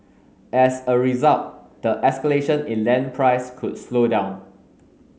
as a result the escalation in land price could slow down